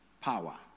power